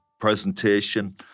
presentation